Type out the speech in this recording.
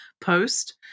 post